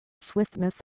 swiftness